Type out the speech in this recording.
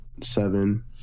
seven